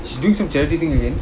she doing some charity thing again